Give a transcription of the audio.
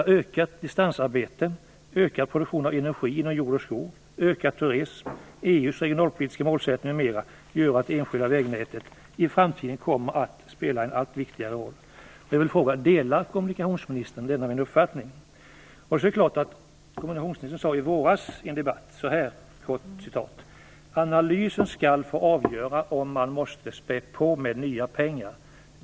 Ja, ökat distansarbete, ökad produktion av energi inom jord och skogsbruket, ökad turism, EU:s regionalpolitiska målsättning m.m. gör att det enskilda vägnätet i framtiden kommer att spela en allt viktigare roll. Delar kommunikationsministern denna min uppfattning? Kommunikationsministern sade i våras i en debatt: Analysen skall få avgöra om man måste spä på med nya pengar.